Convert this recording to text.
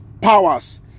powers